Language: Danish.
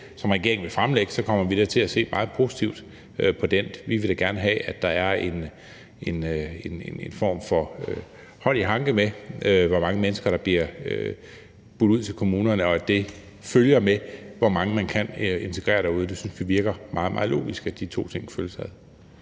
som regeringen vil fremlægge, så kommer vi da til at se meget positivt på den. Vi vil da gerne have, at der er en form for hånd i hanke med, hvor mange mennesker der bliver budt ud til kommunerne, og at det følger med, hvor mange man kan integrere derude. Vi synes, det virker meget, meget logisk, at de to ting følges ad.